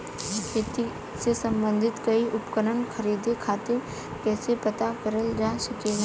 खेती से सम्बन्धित कोई उपकरण खरीदे खातीर कइसे पता करल जा सकेला?